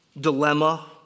dilemma